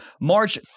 March